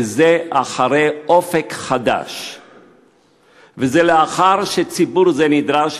וזה אחרי "אופק חדש"; וזה לאחר שציבור זה נדרש